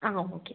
ആ ഓക്കെ